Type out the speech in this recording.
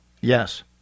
Yes